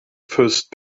first